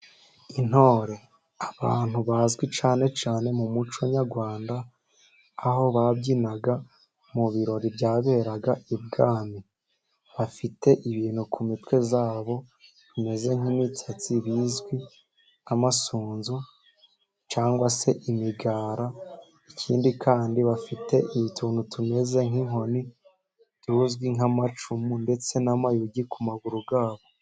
Intore, abantu bazwi cyane cyane mu muco nyarwanda, aho babyinaga mu birori byaberaga ibwami. Bafite ibintu ku mitwe yabo bimeze nk'imisatsi bizwi nk'amasunzu cyangwa se imigara. Ikindi kandi bafite utuntu tumeze nk'inkoni tuzwi nk'amacumu, ndetse n'amayugi ku maguru yabo.